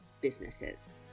businesses